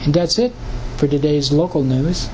and that's it for today's local news